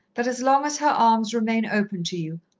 that as long as her arms remain open to you,